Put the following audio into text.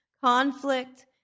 conflict